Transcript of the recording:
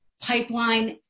pipeline